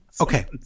okay